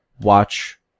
watch